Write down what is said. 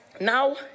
Now